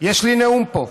יש לי נאום פה,